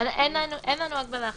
אין לנו הגבלה חלקית.